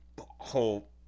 whole